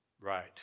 Right